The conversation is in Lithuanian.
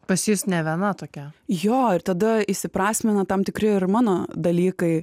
pas jus ne viena tokia jo ir tada įsiprasmina tam tikri ir mano dalykai